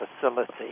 facility